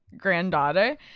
granddaughter